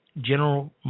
General